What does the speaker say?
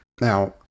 now